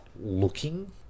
looking